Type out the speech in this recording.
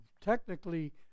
technically